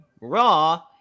Raw